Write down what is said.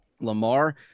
Lamar